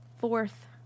fourth